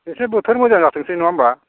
एसे बोथोर मोजां जाथोंसै नङा होनबा